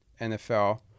NFL